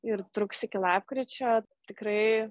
ir truks iki lapkričio tikrai